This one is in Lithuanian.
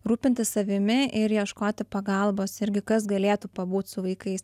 rūpintis savimi ir ieškoti pagalbos irgi kas galėtų pabūt su vaikais